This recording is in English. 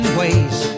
ways